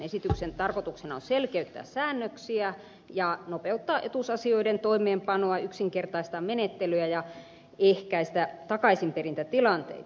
esityksen tarkoituksena on selkeyttää säännöksiä ja nopeuttaa etuusasioiden toimeenpanoa yksinkertaistaa menettelyä ja ehkäistä takaisinperintätilanteita